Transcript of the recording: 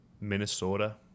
Minnesota